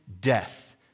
death